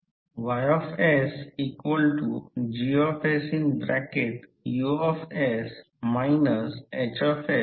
तर अशा परिस्थितीत इफेक्टिव एअर गॅप एरिया वाढवणे याला काय म्हणतात आणि ते अवरेज गॅप कमी करतात ज्याला अवरेज गॅप फ्लक्स डेन्सिटी म्हणतात